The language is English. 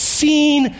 seen